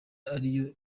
ariyo